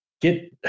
get